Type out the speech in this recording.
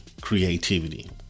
creativity